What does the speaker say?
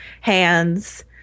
hands